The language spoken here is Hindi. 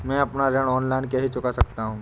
मैं अपना ऋण ऑनलाइन कैसे चुका सकता हूँ?